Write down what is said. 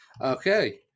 Okay